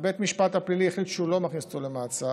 בית המשפט הפלילי החליט שהוא לא מכניס אותו למעצר,